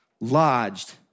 lodged